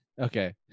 Okay